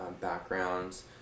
backgrounds